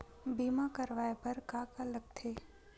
बीमा करवाय बर का का लगथे?